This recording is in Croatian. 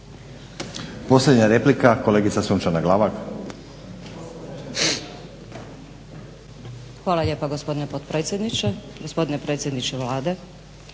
Posljednja replika, kolegica Sunčana Glavak. **Glavak, Sunčana (HDZ)** Hvala lijepa gospodine potpredsjedniče, gospodine predsjedniče Vlade